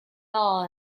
all